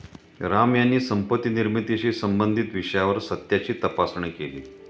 राम यांनी संपत्ती निर्मितीशी संबंधित विषयावर सत्याची तपासणी केली